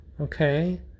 Okay